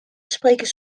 spreken